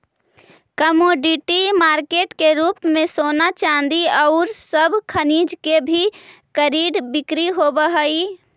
commodity market के रूप में सोना चांदी औउर सब खनिज के भी कर्रिड बिक्री होवऽ हई